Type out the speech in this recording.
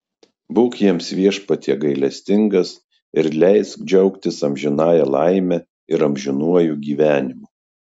būk jiems viešpatie gailestingas ir leisk džiaugtis amžinąja laime ir amžinuoju gyvenimu